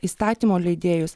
įstatymų leidėjus